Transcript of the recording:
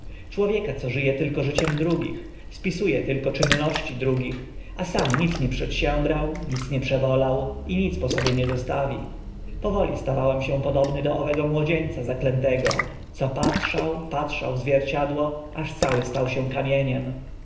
człowieka co ży e tylko życiem drugich spisu e tylko czynności drugich a sam nic nie przedsiębrał nic nie przebolał i nic po sobie nie zostawi powoli stawałem się podobny do owego młodzieńca zaklętego co patrzał patrzał w zwierciadło aż cały stał się kamieniem